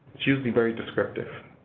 it's usually very descriptive.